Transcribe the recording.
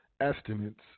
estimates